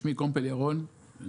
בבקשה, אדוני, בקצרה.